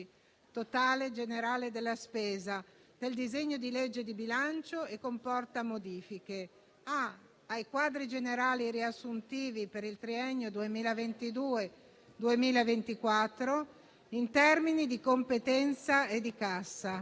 «Totale generale della spesa», del disegno di legge di bilancio e comporta modifiche ai quadri generali riassuntivi per il triennio 2022-2024 in termini di competenza e di cassa,